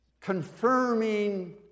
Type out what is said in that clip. confirming